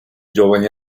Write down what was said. giovani